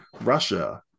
russia